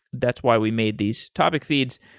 that's why we made these topic feeds.